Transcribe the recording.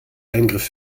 eingriff